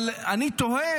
אבל אני תוהה,